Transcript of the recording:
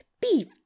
beef